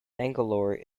bangalore